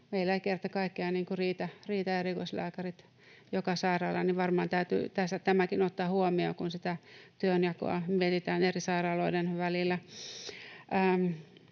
Meillä eivät kerta kaikkiaan riitä erikoislääkärit joka sairaalaan, joten varmaan täytyy tämäkin ottaa huomioon, kun sitä työnjakoa mietitään eri sairaaloiden välillä.